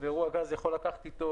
רכישת גז